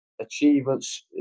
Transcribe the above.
achievements